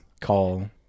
call